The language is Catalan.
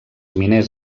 miners